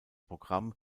programm